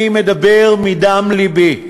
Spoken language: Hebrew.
אני מדבר מדם לבי.